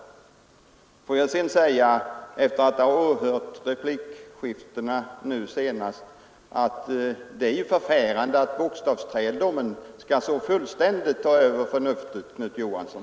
Efter att ha åhört det senaste replikskiftet konstaterar jag att det är förfärande att bokstavsträldomen så fullständigt skall ta över förnuftet, Knut Johansson.